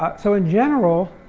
but so in general,